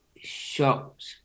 shocked